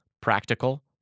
Practical